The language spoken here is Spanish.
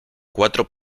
cuatro